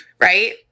right